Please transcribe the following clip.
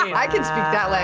i can speak that like